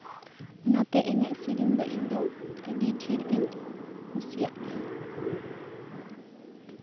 ᱚᱱᱟᱛᱮ ᱮᱱᱮᱡ ᱥᱮᱹᱨᱮᱹᱧ ᱫᱚ ᱟᱹᱰᱤ ᱰᱷᱮᱨ ᱜᱤᱧ ᱠᱩᱥᱤᱭᱟᱜ ᱜᱮᱭᱟ